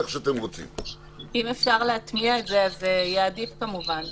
אם אפשר להטמיע את זה, זה יהיה עדיף כמובן.